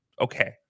Okay